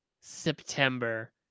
September